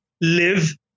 live